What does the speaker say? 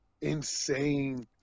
insane